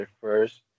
First